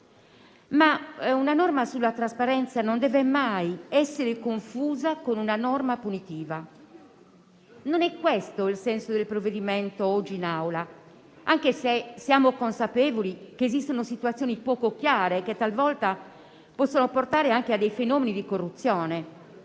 una norma sulla trasparenza non deve mai essere confusa con una norma punitiva. Non è questo il senso del provvedimento oggi all'esame dell'Assemblea, anche se siamo consapevoli che esistono situazioni poco chiare, che talvolta possono portare anche a dei fenomeni di corruzione.